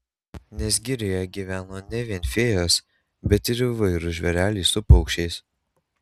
nes girioje gyveno ne vien fėjos bet ir įvairūs žvėreliai su paukščiais